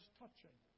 touching